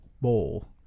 bowl